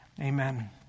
Amen